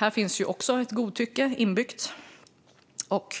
Här finns också ett godtycke inbyggt. Och